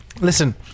Listen